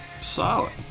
Solid